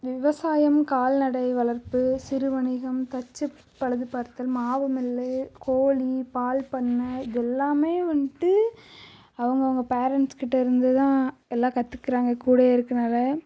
விவசாயம் கால்நடை வளர்ப்பு சிறுவணிகம் கட்சிப் பழுதுப்பார்த்தல் மாவு மில்லு கோழி பால்ப்பண்ணை இது எல்லாமே வந்துட்டு அவுங்கவங்க பேரண்ட்ஸ் கிட்டே இருந்து தான் எல்லாம் கற்றுக்குறாங்க கூடயே இருக்கனால்